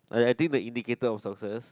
I I think the indicator of success